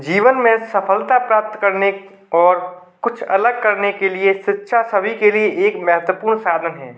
जीवन में सफलता प्राप्त करने और कुछ अलग करने के लिए शिक्षा सभी के लिए एक महत्वपूर्ण साधन है